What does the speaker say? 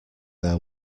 their